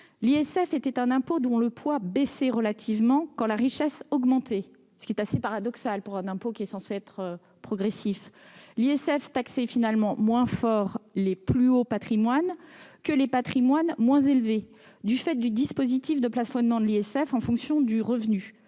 L'ISF était un impôt dont le poids baissait relativement quand la richesse augmentait, ce qui est assez paradoxal pour un impôt supposément progressif. L'ISF taxait finalement moins les plus hauts patrimoines que les patrimoines moins élevés, du fait du dispositif de plafonnement de l'ISF en fonction du revenu.